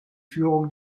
führung